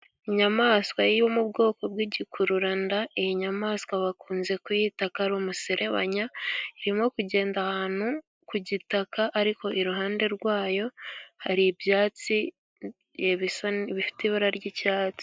Inyamaswa yo mu bwoko bw'igikururanda, iyi nyamaswa bakunze kuyita kari umuserebanya, irimo kugenda ahantu ku gitaka, ariko iruhande rwayo hari ibyatsi bifite ibara ry'icyatsi.